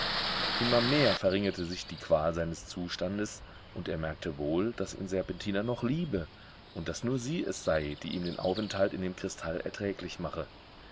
immer mehr verringerte sich die qual seines zustandes und er merkte wohl daß ihn serpentina noch liebe und daß nur sie es sei die ihm den aufenthalt in dem kristall erträglich mache